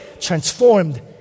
transformed